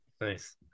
Nice